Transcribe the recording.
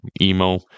emo